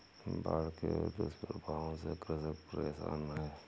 बाढ़ के दुष्प्रभावों से कृषक परेशान है